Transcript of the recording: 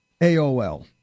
AOL